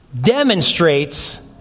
demonstrates